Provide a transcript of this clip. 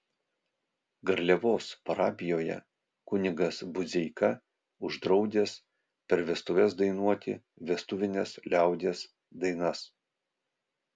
garliavos parapijoje kunigas budzeika uždraudęs per vestuves dainuoti vestuvines liaudies dainas